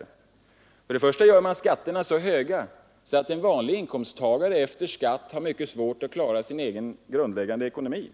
Man gör först skatterna så höga att en vanlig inkomsttagare har svårt att klara sin egen grundläggande ekonomi